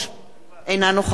אינה נוכחת אנחנו